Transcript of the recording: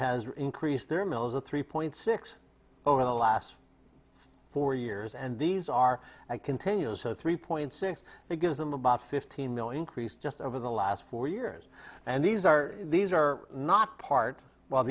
has increased their mills a three point six over the last four years and these are continuous of three point six that gives them about fifteen million crease just over the last four years and these are these are not part well